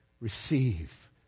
Receive